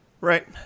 right